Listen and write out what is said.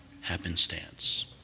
happenstance